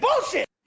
bullshit